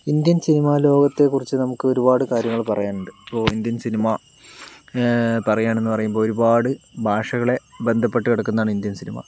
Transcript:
Indian cinema ലോകത്തെക്കുറിച്ച് നമുക്ക് ഒരുപാട് കാര്യങ്ങൾ പറയാനുണ്ട് ഇപ്പോൾ ഇന്ത്യൻ സിനിമ പറയുകയാണെന്നു പറയുമ്പോൾ ഒരുപാട് ഭാഷകളെ ബന്ധപ്പെട്ട് കിടക്കുന്നതാണ് ഇന്ത്യൻ സിനിമ